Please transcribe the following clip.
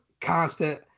constant